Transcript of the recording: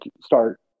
start